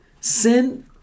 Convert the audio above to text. Sin